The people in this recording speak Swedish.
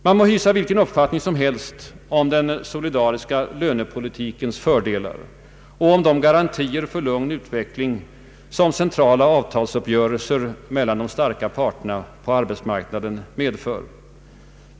Man må hysa vilken uppfattning som helst om den solidariska lönepolitikens fördelar och om de garantier för en lugn utveckling som centrala avtalsuppgörelser mellan de starka parterna på arbetsmarknaden medfört.